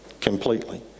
completely